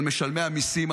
על משלמי המיסים,